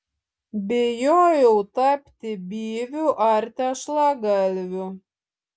bijojau tapti byviu ar tešlagalviu